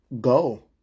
go